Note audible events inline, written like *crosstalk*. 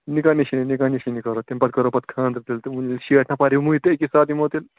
نِکاح نِشٲنۍ نِکاح نِشٲنی کَرو تَمہِ پتہٕ کَرو پتہٕ خانٛدر تیٚلہِ تہٕ *unintelligible* شیٹھ نفر یِموے تہٕ أکی ساتہٕ یِمو تیٚلہِ